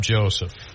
Joseph